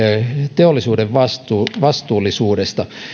teollisuuden vastuullisuudesta